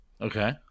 Okay